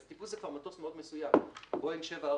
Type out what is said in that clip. אז טיפוס זה כבר מטוס מאוד מסוים כמו בואינג 747,